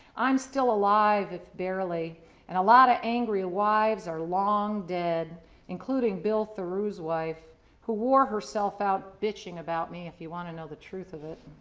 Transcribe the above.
i'm still alive if barely and a lot of angry wives are long dead including bill thorue's wife who wore herself out bitching about me if you want to know the truth of it.